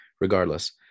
Regardless